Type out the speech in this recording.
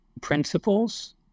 principles